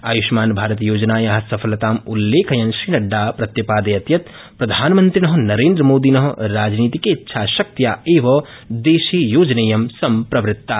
आय्ष्मानभारतयोजनाया सफलतामुल्लेखयन् श्रीनड़डा प्रत्यपादयत् यत् प्रधानमन्त्रिण नरेन्द्रमोदिन राजनीतिकेच्छाशक्त्या एव देशे योजनेयं संप्रवृत्ता